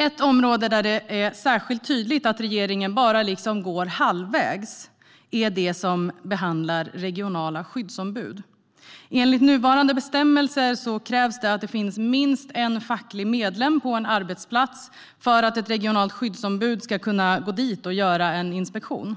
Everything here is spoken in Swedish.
Ett område där det är särskilt tydligt att regeringen bara går halvvägs är det som behandlar regionala skyddsombud. Enligt nuvarande bestämmelser krävs det att det finns minst en facklig medlem på en arbetsplats för att ett regionalt skyddsombud ska kunna gå dit och göra en inspektion.